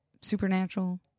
supernatural